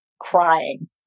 crying